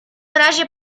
razie